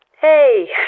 Hey